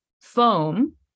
foam